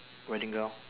wedding gown